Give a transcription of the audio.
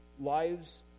lives